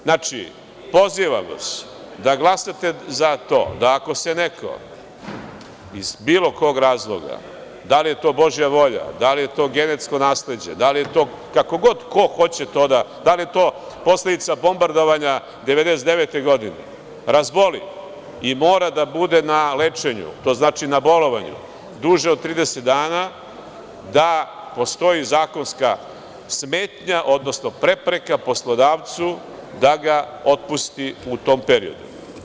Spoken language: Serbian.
Znači, pozivam vas da glasate za to da ako se neko iz bilo kog razloga, da li je to Božija volja, da li je to genetsko nasleđe, da li je to, kako god ko hoće to da… da li je to posledica bombardovanja 1999. godine, razboli i mora da bude na lečenju, to znači na bolovanju duže od 30 dana, da postoji zakonska smetnja, odnosno prepreka poslodavcu da ga otpusti u tom periodu.